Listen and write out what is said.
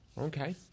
Okay